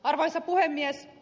arvoisa puhemies